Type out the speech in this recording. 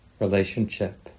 relationship